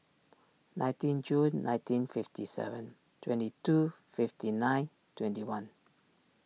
nineteen June nineteen fifty seven twenty two fifty nine twenty one